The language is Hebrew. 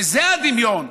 וזה הדמיון.